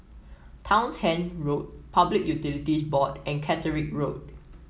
Townshend Road Public Utilities Board and Caterick Road